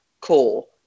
cool